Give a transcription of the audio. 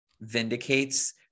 vindicates